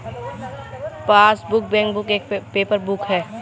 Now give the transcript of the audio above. passbook, bankbook एक paper book है